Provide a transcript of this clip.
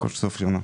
כל סוף שנה.